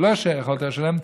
ולא יכולת לשלם,